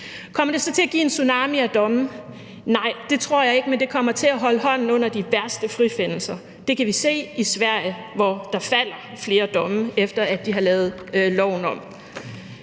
Kommer det så til at give en tsunami af domme? Nej, det tror jeg ikke, men det kommer til at forhindre de værste frifindelser. Det kan vi se i Sverige, hvor der falder flere domme, efter at de havde lavet loven om.